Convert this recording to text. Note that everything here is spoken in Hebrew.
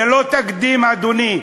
זה לא תקדים, אדוני.